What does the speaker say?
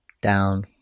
Down